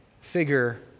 figure